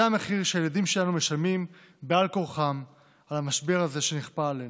זה המחיר שהילדים שלנו משלמים בעל כורחם על המשבר הזה שנכפה עלינו.